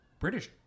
British